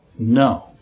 No